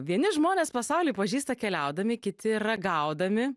vieni žmonės pasaulį pažįsta keliaudami kiti ragaudami